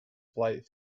flight